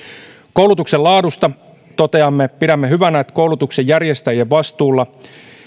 koulutuksen laadusta toteamme pidämme hyvänä että koulutuksen järjestäjien vastuulla